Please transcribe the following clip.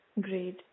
Great